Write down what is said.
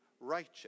righteous